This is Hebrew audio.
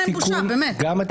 אין להם בושה, באמת.